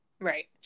Right